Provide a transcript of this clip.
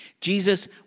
Jesus